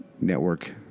Network